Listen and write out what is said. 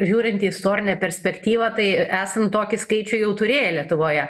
žiūrint į istorinę perspektyvą tai esam tokį skaičių jau turėję lietuvoje